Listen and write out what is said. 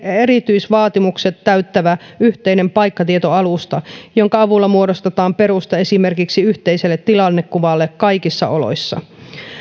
erityisvaatimukset täyttävä yhteinen paikkatietoalusta jonka avulla muodostetaan perusta esimerkiksi yhteiselle tilannekuvalle kaikissa oloissa